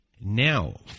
Now